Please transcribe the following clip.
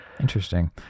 Interesting